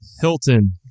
Hilton